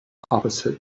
opposite